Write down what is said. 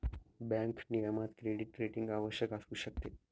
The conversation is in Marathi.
बँक नियमनात क्रेडिट रेटिंग आवश्यक असू शकते